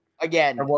Again